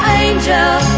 angel